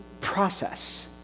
process